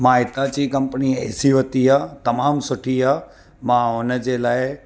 मां Hitachi company AC वरिती आहे तमामु सुठी आहे मां हुन जे लाइ